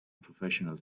professional